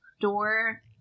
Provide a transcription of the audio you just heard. door